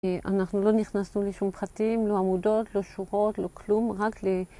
אנחנו לא נכנסנו לשום פרטים, לא עמודות, לא שורות, לא כלום, רק ל...